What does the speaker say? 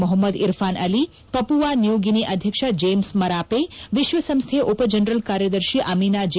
Mohammad Irfaan Ali Papua New Guinea ಅಧ್ಯಕ್ಷ James Marape ವಿಶ್ವ ಸಂಸ್ಥೆಯ ಉಪ ಜನರಲ್ ಕಾರ್ಯದರ್ಶಿ ಅಮಿನಾ ಜೆ